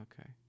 Okay